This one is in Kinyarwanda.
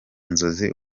nzozi